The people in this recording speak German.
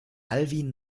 alwin